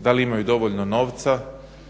Da li imaju dovoljno novca,